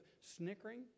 snickering